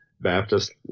Baptist